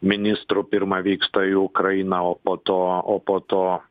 ministrų pirma vyksta į ukrainą o po to o po to